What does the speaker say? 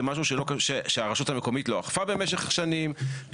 במשהו שהרשות המקוימת לא אכפה במשך שנים.